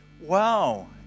Wow